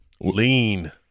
Lean